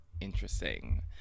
interesting